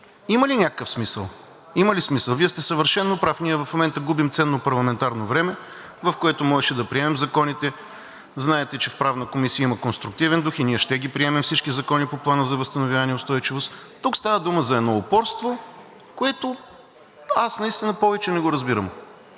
Има ли някакъв смисъл? Има ли смисъл?! Вие сте съвършено прав, ние в момента губим ценно парламентарно време, в което можеше да приемем законите. Знаете, че в Правната комисия има конструктивен дух, и ние ще ги приемем всички закони по Плана за възстановяване и устойчивост. Тук става дума за едно упорство, което аз наистина повече не го разбирам.